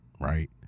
right